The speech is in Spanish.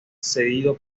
cedido